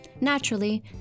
Naturally